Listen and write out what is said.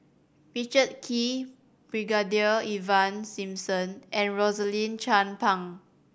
Richard Kee Brigadier Ivan Simson and Rosaline Chan Pang